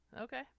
Okay